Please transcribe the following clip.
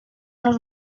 los